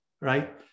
right